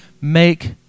make